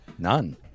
none